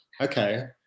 okay